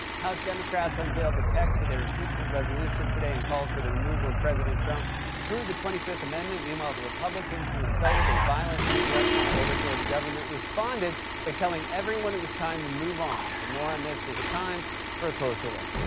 house democrats unveiled the text of their impeachment resolution today and called for the removal of president trump through the twenty fifth amendment. meanwhile, the republicans who incited a violent insurrection to overthrow the government responded by telling everyone it was time to move on. for more on this, it's time for a closer look.